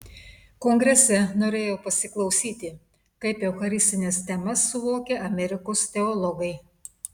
kongrese norėjau pasiklausyti kaip eucharistines temas suvokia amerikos teologai